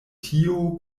tio